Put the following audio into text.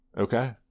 okay